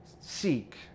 seek